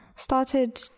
started